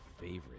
favorite